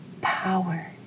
power